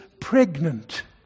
pregnant